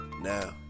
Now